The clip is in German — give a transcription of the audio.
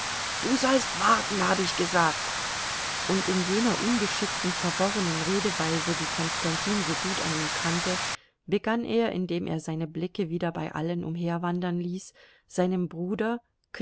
du sollst warten habe ich gesagt und in jener ungeschickten verworrenen redeweise die konstantin so gut an ihm kannte begann er indem er seine blicke wieder bei allen umherwandern ließ seinem bruder